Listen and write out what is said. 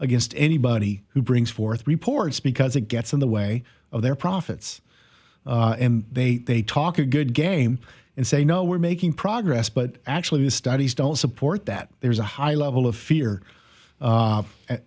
against anybody who brings forth reports because it gets in the way of their profits and they they talk a good game and say no we're making progress but actually the studies don't support that there's a high level of fear